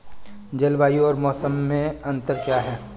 जलवायु और मौसम में अंतर क्या है?